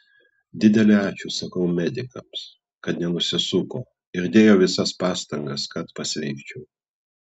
didelį ačiū sakau medikams kad nenusisuko ir dėjo visas pastangas kad pasveikčiau